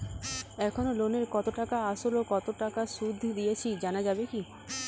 এখনো লোনের কত টাকা আসল ও কত টাকা সুদ দিয়েছি জানা যাবে কি?